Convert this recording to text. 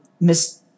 Miss